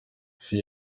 isi